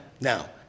Now